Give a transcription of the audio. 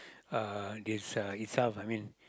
uh this uh itself I mean